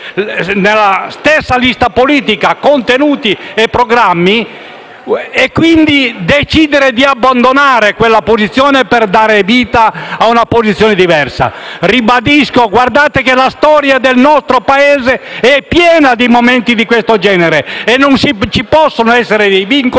nella stessa lista politica, contenuti e programmi, decidono di abbandonare quella posizione per dare vita a una posizione diversa. Ribadisco: guardate che la storia del nostro Paese è piena di momenti di questo genere e non ci possono essere dei vincoli